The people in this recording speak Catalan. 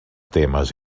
temes